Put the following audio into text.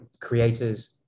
creators